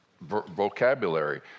vocabulary